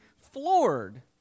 floored